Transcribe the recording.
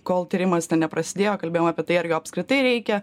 kol tyrimas ten neprasidėjo kalbėjom apie tai ar jo apskritai reikia